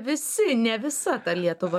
visi ne visa ta lietuva